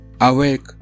Awake